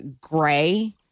gray